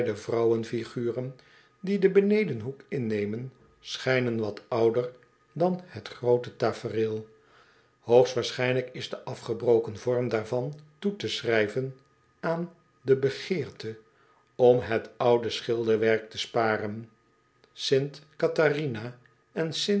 vrouwenfiguren die den benedenhoek innemen schijnen wat ouder dan het groote tafereel hoogst waarschijnlijk is de afgebroken vorm daarvan toe te schrijven aan de begeerte om het oudere schilderwerk te sparen s t e